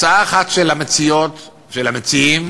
הצעה אחת, של המציעות, של המציעים,